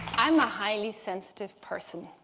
i'm a highly sensitive person.